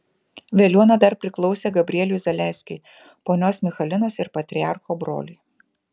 veliuona dar priklausė gabrieliui zaleskiui ponios michalinos ir patriarcho broliui